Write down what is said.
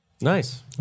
nice